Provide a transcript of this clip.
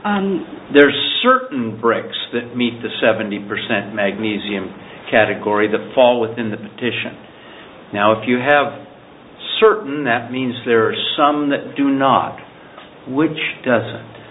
there's certain breaks that meet the seventy percent magnesium category the fall within the petition now if you have certain that means there are some that do not which